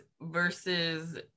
versus